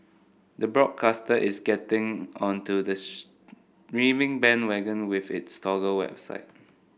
the broadcaster is getting onto the streaming bandwagon with its Toggle website